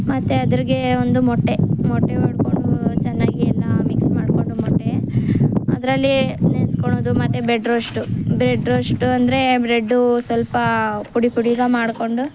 ಮತ್ತೆ ಅದರಾಗೇ ಒಂದು ಮೊಟ್ಟೆ ಮೊಟ್ಟೆ ಒಡ್ಕೊಂಡು ಚೆನ್ನಾಗಿ ಎಲ್ಲ ಮಿಕ್ಸ್ ಮಾಡ್ಕೊಂಡು ಮೊಟ್ಟೆ ಅದರಲ್ಲಿ ನೆನೆಸ್ಕೊಳೋದು ಮತ್ತು ಬೆಡ್ ರೋಶ್ಟು ಬ್ರೆಡ್ ರೋಶ್ಟು ಅಂದರೆ ಬ್ರೆಡ್ಡೂ ಸ್ವಲ್ಪ ಪುಡಿ ಪುಡಿಗೆ ಮಾಡ್ಕೊಂಡು